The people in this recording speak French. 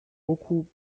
beaucoup